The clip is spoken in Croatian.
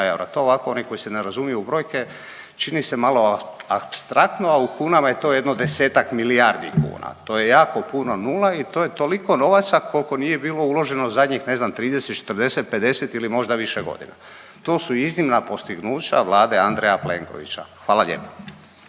to ovako oni koji se ne razumiju u brojke, čini se malo, apstraktno, a u kunama je to jedno 10-ak milijardi kuna. To je jako puno nula i to je toliko novaca koliko nije bilo uloženo zadnjih, ne znam, 30, 40, 50 ili možda više godina. Tu su iznimna postignuća Andreja Plenkovića. Hvala lijepo.